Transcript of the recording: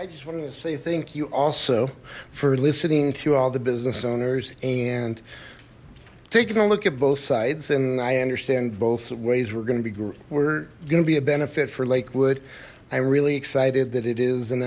i just wanted to say thank you also for listening to all the business owners and taking a look at both sides and i understand both ways we're gonna be group we're gonna be a benefit for lakewood i'm really excited that it is an